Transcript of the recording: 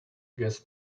guess